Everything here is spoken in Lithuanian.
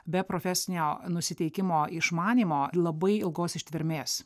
be profesinio nusiteikimo išmanymo labai ilgos ištvermės